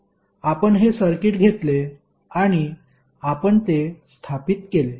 आपण हे सर्किट घेतले आणि आपण ते स्थापित केले